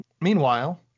meanwhile